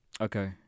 Okay